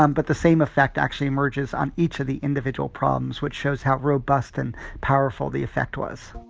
um but the same effect actually emerges on each of the individual problems, which shows how robust and powerful the effect was